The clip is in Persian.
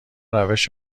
روش